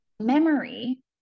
memory